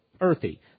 earthy